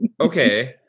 Okay